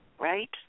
right